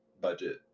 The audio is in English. budget